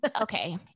Okay